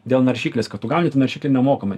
dėl naršyklės kad tu gauni tą naršyklę nemokamai